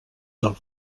del